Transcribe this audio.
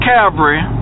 Calvary